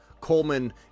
Coleman